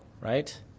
right